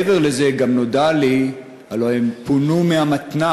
מעבר לזה גם נודע לי, הלוא הם פונו מהמתנ"ס.